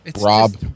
Rob